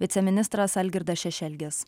viceministras algirdas šešelgis